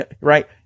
right